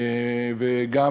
וגם